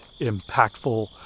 impactful